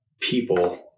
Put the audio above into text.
people